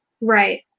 Right